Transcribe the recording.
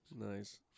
Nice